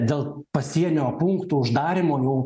dėl pasienio punktų uždarymo jau